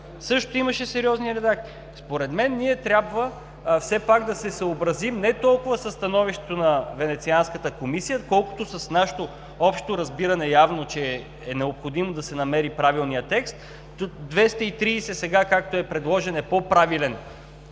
съдиите! КРУМ ЗАРКОВ: Според мен ние трябва все пак да се съобразим не толкова със становището на Венецианската комисия, колкото с нашето общо разбиране, явно, че е необходимо да се намери правилният текст. Сега, както е предложен чл. 230, е по-правилен